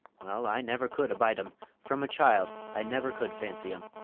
well, i never could abide em from a child i never could fancy em